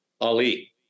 Ali